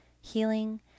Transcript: healing